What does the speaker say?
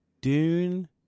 Dune